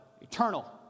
eternal